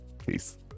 Peace